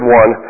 one